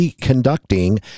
conducting